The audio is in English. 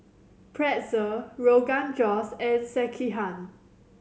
Pretzel Rogan Josh and Sekihan